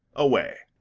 away!